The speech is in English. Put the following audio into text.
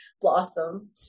blossom